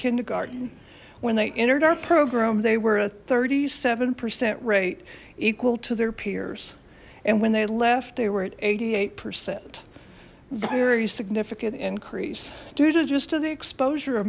kindergarten when they entered our program they were a thirty seven percent rate equal to their peers and when they left they were at eighty eight percent very significant increase due to just to the exposure